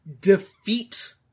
defeat